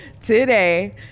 today